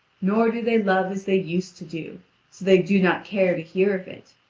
nor do they love as they used to do, so they do not care to hear of it.